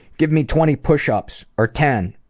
give me twenty pushups, or ten,